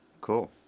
cool